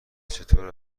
چطور